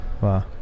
Wow